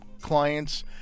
clients